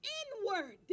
inward